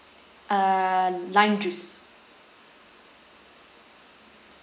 uh lime juice